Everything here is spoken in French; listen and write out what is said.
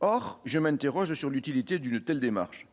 or je m'interroge sur l'utilité d'une telle démarche